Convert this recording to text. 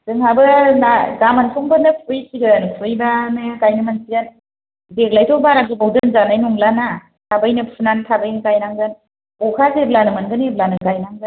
जोंहाबो ना गाबोन संफोरनो फुहैसिगोन फुहैबानो गाइनो मोनसिगोन देग्लायथ' बारा गोबाव दोनजानाय नंला ना थाबैनो फुनानै थाबैनो गाइनांगोन अखा जेब्लानो मोनगोन एब्लानो गाइनांगोन